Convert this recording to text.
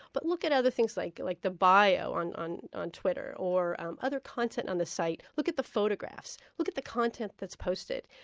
but look at other things like like the bio on on twitter, or um other content on the site look at the photographs, look at the content that's posted,